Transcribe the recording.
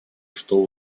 что